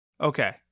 Okay